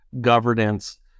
governance